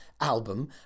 album